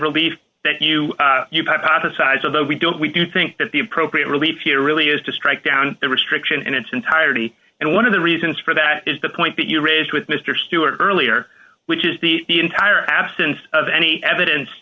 relief that you have hot aside so that we don't we do think that the appropriate relief here really is to strike down the restriction in its entirety and one of the reasons for that is the point that you raised with mr stewart earlier which is the entire absence of any evidence